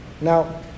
Now